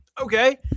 Okay